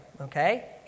Okay